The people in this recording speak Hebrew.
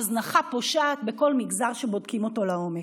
הזנחה פושעת בכל מגזר שבודקים אותו לעומק.